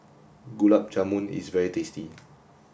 Gulab Jamun is very tasty